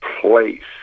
place